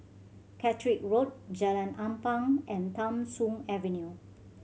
Caterick Road Jalan Ampang and Tham Soong Avenue